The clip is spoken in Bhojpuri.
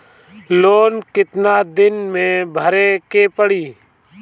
लोन कितना दिन मे भरे के पड़ी?